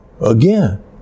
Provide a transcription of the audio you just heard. again